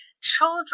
children